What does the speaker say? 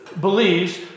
believes